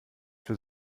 für